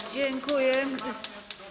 Dziękuję.